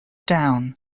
down